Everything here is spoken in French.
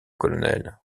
colonel